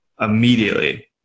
immediately